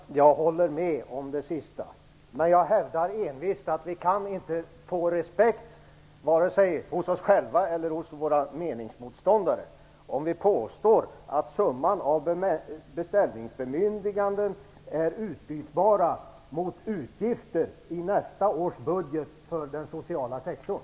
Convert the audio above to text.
Herr talman! Jag håller med om det sista. Men jag hävdar envist att vi inte kan få respekt vare sig hos oss själva eller hos våra meningsmotståndare om vi påstår att summan av beställningsbemyndiganden är utbytbara mot utgifter i nästa års budget för den sociala sektorn.